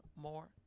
more